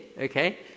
okay